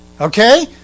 Okay